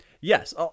yes